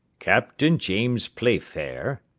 captain james playfair?